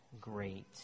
great